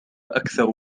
أكثر